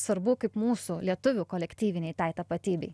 svarbu kaip mūsų lietuvių kolektyvinei tai tapatybei